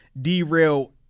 derail